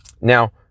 Now